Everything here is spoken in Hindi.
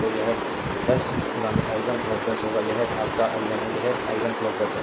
तो यह 10 i 1 10 होगा यह your i 1 है यह i 1 10 है